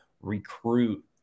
recruit